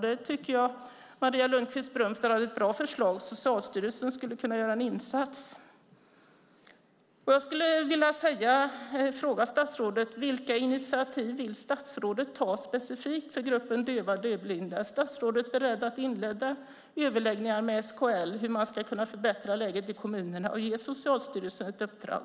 Där tycker jag att Maria Lundqvist-Brömster hade ett bra förslag med att Socialstyrelsen skulle kunna göra en insats. Jag vill fråga statsrådet: Vilka initiativ vill statsrådet ta specifikt för gruppen döva och dövblinda? Är statsrådet beredd att inleda överläggningar med SKL om hur man skulle kunna förbättra läget i kommunerna och ge Socialstyrelsen ett uppdrag?